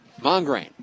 Mongrain